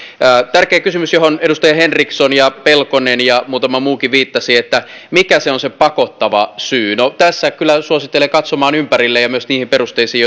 tärkeä kysymys johon edustajat henriksson ja pelkonen ja muutama muukin viittasivat mikä on se pakottava syy no tässä kyllä suosittelen katsomaan ympärille ja ja myös niihin perusteisiin